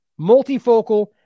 Multifocal